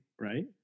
right